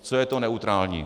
Co je to neutrální?